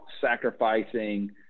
sacrificing